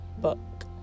book